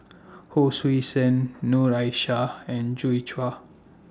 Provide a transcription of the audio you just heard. Hon Sui Sen Noor Aishah and Joi Chua